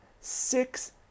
six